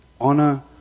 Honor